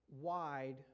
wide